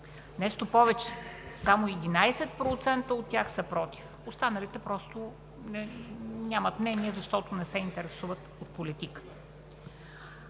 Нещо повече, само 11% от тях са против, останалите просто нямат мнение, защото не се интересуват от политика.